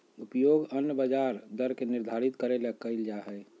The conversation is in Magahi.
उपयोग अन्य ब्याज दर के निर्धारित करे ले कइल जा हइ